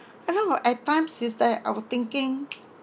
you know at times is that I will thinking